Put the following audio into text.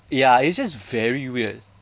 ya it's just very weird